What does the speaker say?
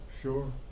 sure